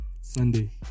Sunday